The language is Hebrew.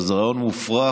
(דיונים בהשתתפות עצורים,